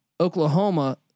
Oklahoma